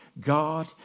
God